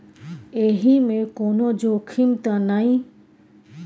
एहि मे कोनो जोखिम त नय?